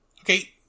okay